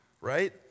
right